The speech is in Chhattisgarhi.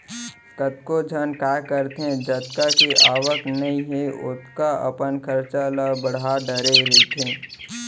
कतको झन काय करथे जतका के आवक नइ हे ओतका अपन खरचा ल बड़हा डरे रहिथे